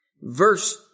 Verse